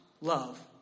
love